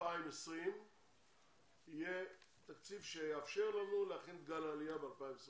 ב-2020 יהיה תקציב שיאפשר לנו להכין את גל העלייה ב-2021,